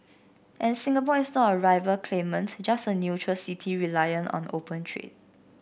and Singapore is not a rival claimant just a neutral city reliant on open trade